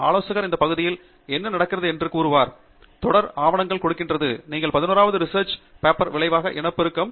ஆலோசகர் இந்த பகுதியில் என்ன நடக்கிறது என்று கூறுகிறார் தொடர் ஆவணங்கள் கொடுக்கிறது நீங்கள் 11வது ரிசெர்ச் பபெர்ஸ்ன் விளைவாக இனப்பெருக்கம்